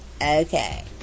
Okay